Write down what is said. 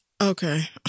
okay